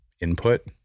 input